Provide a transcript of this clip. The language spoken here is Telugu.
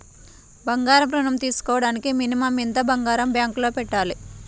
బంగారం ఋణం తీసుకోవడానికి మినిమం ఎంత బంగారం బ్యాంకులో పెట్టాలి?